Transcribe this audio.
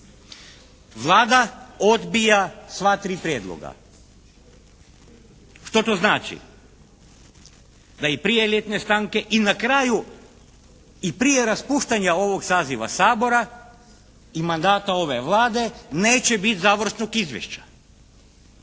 Vlada odbija sva tri prijedloga. Što to znači? Da i prije ljetne stanke i na kraju i prije raspuštanja ovog saziva Sabora i mandata ove Vlade neće biti završnog izvješća.